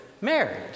married